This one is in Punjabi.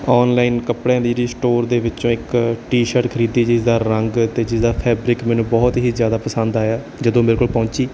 ਓਨਲਾਈਨ ਕੱਪੜਿਆਂ ਦੀ ਰੀਸਟੋਰ ਦੇ ਵਿੱਚੋਂ ਇੱਕ ਟੀ ਸ਼ਰਟ ਖਰੀਦੀ ਜਿਸ ਦਾ ਰੰਗ ਅਤੇ ਜਿਹਦਾ ਫੈਬਰਿਕ ਮੈਨੂੰ ਬਹੁਤ ਹੀ ਜ਼ਿਆਦਾ ਪਸੰਦ ਆਇਆ ਜਦੋਂ ਮੇਰੇ ਕੋਲ ਪਹੁੰਚੀ